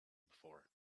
before